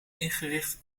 ingericht